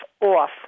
off